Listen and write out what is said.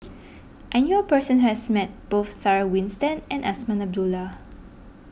I knew a person who has met both Sarah Winstedt and Azman Abdullah